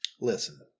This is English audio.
Listen